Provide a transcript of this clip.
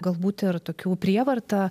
galbūt ir tokių prievarta